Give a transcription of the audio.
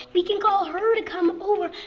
we can call her to come over.